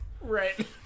Right